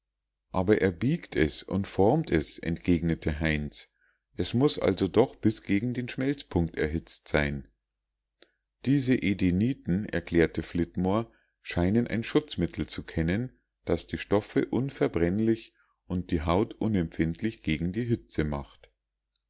aber er biegt es und formt es entgegnete heinz es muß also doch bis gegen den schmelzpunkt erhitzt sein diese edeniten erklärte flitmore scheinen ein schutzmittel zu kennen das die stoffe unverbrennlich und die haut unempfindlich gegen die hitze macht